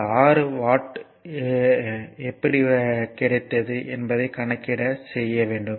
இந்த 6 வாட் எப்படி கிடைத்தது என்பதைக் கணக்கிட செய்ய வேண்டும்